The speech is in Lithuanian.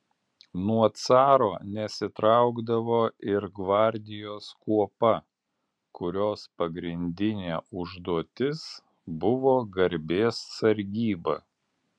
nuo caro nesitraukdavo ir gvardijos kuopa kurios pagrindinė užduotis buvo garbės sargyba